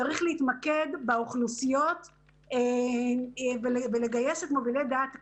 שצריך להתמקד באוכלוסיות ולגייס את מובילי דעת הקהל,